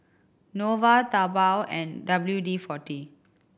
Nova Taobao and W D Forty